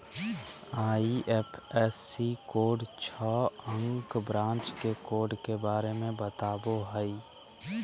IFSC code छह अंक branch के कोड के बारे में बतावो हइ